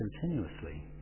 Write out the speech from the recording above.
continuously